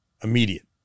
Immediate